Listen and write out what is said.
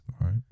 Right